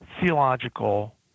theological